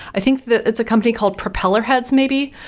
i think it's a company called propeller heads maybe,